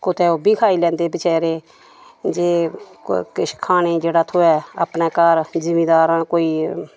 कुतै ओह् बी खाई लैंदे बचारे जे किश खाने ई जेह्ड़ा थ्होऐ अपने घर जिमींदार आं कोई